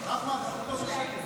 אחמד, על חודו של שקל.